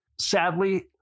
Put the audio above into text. Sadly